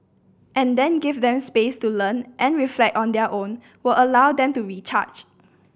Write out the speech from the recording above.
and then give them space to learn and reflect on their own will allow them to recharge